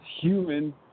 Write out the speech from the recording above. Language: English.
human